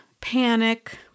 panic